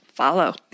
follow